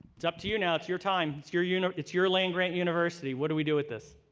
it's up to you now. it's your time. it's your you know it's your land-grant university. what do we do with this?